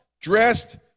dressed